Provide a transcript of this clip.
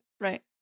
right